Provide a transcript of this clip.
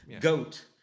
Goat